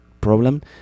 problem